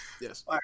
yes